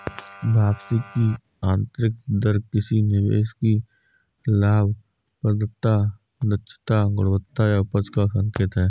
वापसी की आंतरिक दर किसी निवेश की लाभप्रदता, दक्षता, गुणवत्ता या उपज का संकेत है